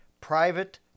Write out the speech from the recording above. private